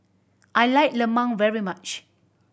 I like lemang very much